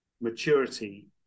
maturity